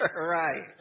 Right